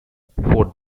four